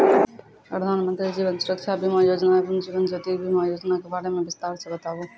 प्रधान मंत्री जीवन सुरक्षा बीमा योजना एवं जीवन ज्योति बीमा योजना के बारे मे बिसतार से बताबू?